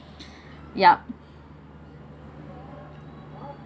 yup